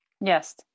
Yes